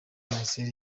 ministeri